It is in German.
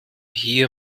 hier